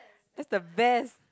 that's the best